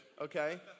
okay